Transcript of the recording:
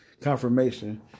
confirmation